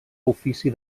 ofici